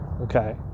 okay